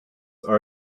are